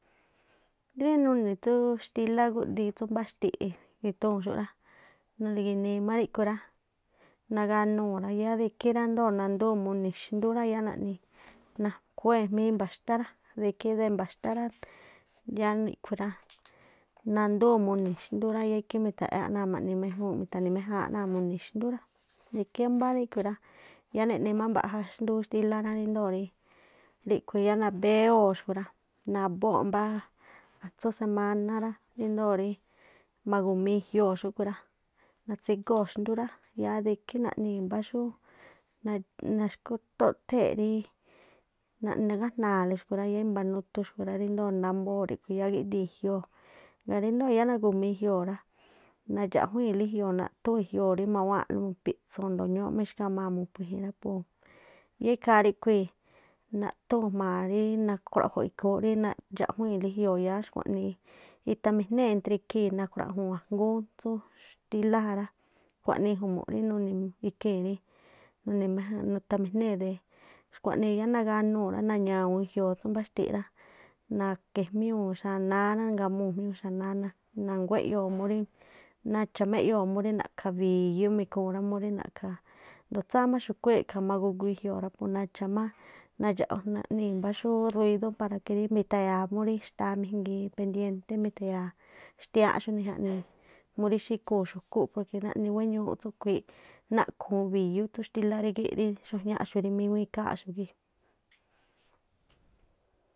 Rí nuni̱ tsú xtílá gúꞌdiin tsú mbáxti̱ꞌ e̱- e̱thuu̱n xúꞌ rá, naarii- ginii- má ríꞌkhu̱ rá naganuu̱ rá, yáá de ikhí rá ndo̱o nandúu̱n muni̱ xdú rá yáá naꞌnii̱, nakué jmí mba̱xtá rá de ikhí de mba̱xtá rá, yáá niꞌkhui̱ rá, nandúu̱n mu̱ni̱ xndú rá, yáá ikhí mi̱tha̱ꞌyáꞌ náa̱ ma̱ꞌni méjúu̱nꞌ, mi̱tha̱ni̱ méjáánꞌ náa̱ mu̱ni̱ xndú rá. Ikhí mbáá ríꞌkhui̱ rá, yáá neꞌni má mbaꞌja xndúú xtílá rá índoo̱ rí ríꞌkhui̱ yáá nabéwóo̱ xꞌkhui̱ rá. Nabóo̱ꞌ mbá atsú semaná rá ríndo̱o rí ma̱gumii i̱jio̱o xúꞌkhu̱ rá, natsígóo̱ xndú rá, yáá de ikhí naꞌni bá xú naxkutóꞌtée̱ꞌ rí naꞌgájna̱a̱le xku̱ rá yáá i̱mba̱ núthu xku̱ rá, ríndo̱o nambóo̱ ríꞌkhui̱ rá yáá gíꞌdii̱n i̱jioo̱. Ŋgaa̱ ríndo̱o yáá nagu̱mii i̱joo̱ rá, nadxaꞌjuíi̱nlí i̱jioo̱ naꞌthúu̱n rí mawáa̱nꞌlú mu̱piꞌtsu ajndo̱o ñúúꞌ má ixkhamaa̱ muphu̱ i̱ji̱n pu yáá ikhaa ríꞌkhui̱, naꞌthúu̱ jma̱a rí nakhruaꞌjo̱ꞌ ikhúún rí nadxaꞌjuíi̱nlí i̱jioo̱ yáá xkuaꞌnii ethamijnée̱ entre ikhii̱n nakhrua̱juu̱n ajngúún tsú xtílá jará. Kuaꞌnii i̱jmu̱ꞌ rí nuni̱ ikhii̱n rí nuni̱ méjánꞌ nuthamijnée̱ de, xkuaꞌnii yáá naganuu̱ rá, naña̱wu̱un i̱jio̱o tsú mbáxtiꞌ rá, nake̱ jmiúu̱ xánáá rá ngamuu̱ jmiúu̱ xanáá, na̱guá eꞌyoo̱, nacha̱ má eꞌyoo̱ múrí na̱ꞌkha̱ bi̱yú mi̱khuun rá, murí na̱ꞌkha ndo̱o tsáá má xu̱khuíi̱ e̱kha̱ maguiin ijioo̱ rá pu nadxa̱ má nadxaꞌooꞌ naꞌnii̱ mbá xú ruídó para que murí mi̱tha̱ya̱a murí xtaa mijngii pedienté mithia̱a xtiááꞌ xúnii jaꞌnii murí xíkhuu̱n xíkhuu̱n xu̱kúꞌ porque naꞌni wéñuu tsúꞌkui̱i̱ꞌ, nakhu̱un bi̱yú tsú xtílá rigíꞌ rí xuajñaꞌxu̱ rí miŋuíí ikháa̱nꞌxu̱ gii̱.